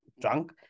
drunk